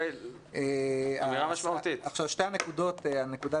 זו נקודה משמעותית.